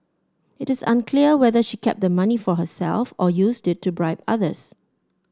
it is unclear whether she kept the money for herself or used it to bribe others